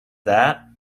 that